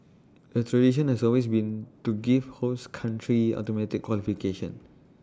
the tradition has always been to give host country automatic qualification